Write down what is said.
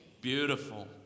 Beautiful